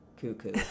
cuckoo